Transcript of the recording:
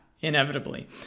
inevitably